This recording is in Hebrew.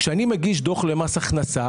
כשאני מגיש דו"ח למס הכנסה